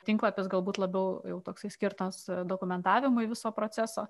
tinklapis galbūt labiau toksai skirtas dokumentavimui viso proceso